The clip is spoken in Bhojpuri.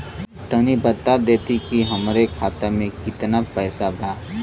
तनि बता देती की हमरे खाता में कितना पैसा बा?